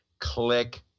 Click